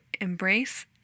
embrace